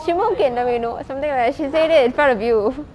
shimo okay now we know som~ she said it in front of you